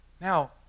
Now